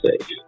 safe